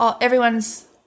everyone's